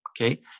Okay